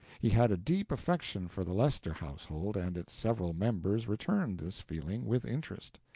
he had a deep affection for the lester household and its several members returned this feeling with interest.